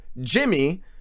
Jimmy